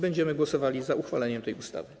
Będziemy głosowali za uchwaleniem tej ustawy.